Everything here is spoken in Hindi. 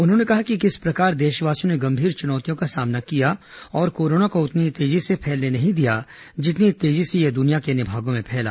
उन्होंने कहा कि किस प्रकार देशवासियों ने गंभीर चुनौतियों का सामना किया और कोरोना को उतनी तेजी से फैलने नहीं दिया जितनी तेजी से यह दुनिया के अन्य भागों में फैला